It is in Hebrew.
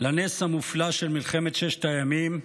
לנס המופלא של מלחמת ששת הימים,